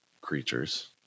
creatures